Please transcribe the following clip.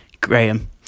Graham